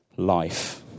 Life